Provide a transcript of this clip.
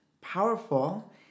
powerful